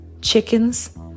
chickens